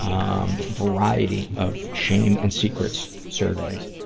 um, variety of shame and secret surveys.